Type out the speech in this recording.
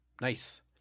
Nice